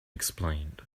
explained